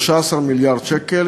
13 מיליארד שקל,